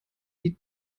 die